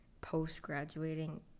post-graduating